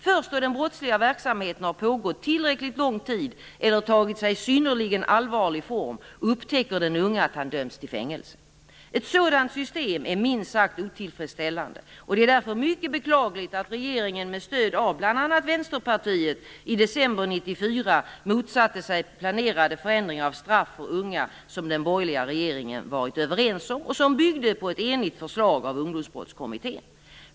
Först då den brottsliga verksamheten har pågått tillräckligt lång tid eller tagit sig synnerligen allvarlig form upptäcker den unge att han döms till fängelse. Ett sådant system är minst sagt otillfredsställande, och det är därför mycket beklagligt att regeringen, med stöd av bl.a. Vänsterpartiet, i december 1994 motsatte sig de planerade förändringar av straff för unga som den borgerliga regeringen varit överens om och som byggde på ett enigt förslag från Ungdomsbrottskommittén.